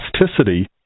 elasticity